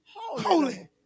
Holy